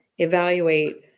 evaluate